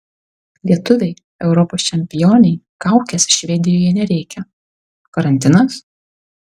lietuvei europos čempionei kaukės švedijoje nereikia karantinas